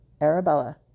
Arabella